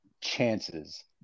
chances